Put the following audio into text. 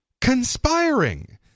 conspiring